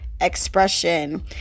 expression